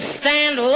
stand